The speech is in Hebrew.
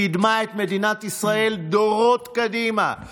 היא קידמה את מדינת ישראל דורות קדימה.